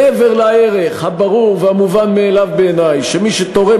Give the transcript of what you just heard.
מעבר לערך הברור והמובן מאליו בעיני שמי שתורם